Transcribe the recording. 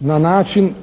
na način